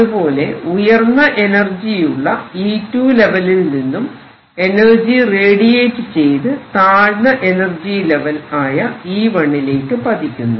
അതുപോലെ ഉയർന്ന എനർജിയുള്ള E2 ലെവലിൽ നിന്നും എനർജി റേഡിയേറ്റ് ചെയ്ത് താഴ്ന്ന എനർജി ലെവൽ ആയ E1 ലേക്ക് പതിക്കുന്നു